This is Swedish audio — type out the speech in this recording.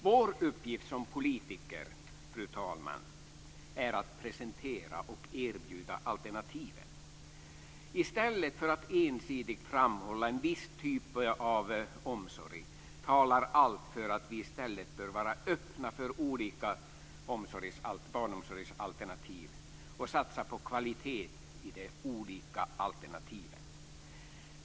Vår uppgift som politiker, fru talman, är att presentera och erbjuda alternativen. I stället för att ensidigt framhålla en viss typ av omsorg talar allt för att vi i stället bör vara öppna för olika barnomsorgsalternativ och satsa på kvalitet i de olika alternativen.